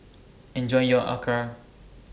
Enjoy your Acar